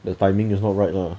the timing is not right lah